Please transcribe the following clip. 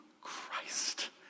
Christ